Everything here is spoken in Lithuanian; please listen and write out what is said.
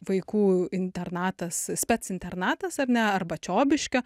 vaikų internatas specinternatas ar ne arba čiobiškio